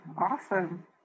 Awesome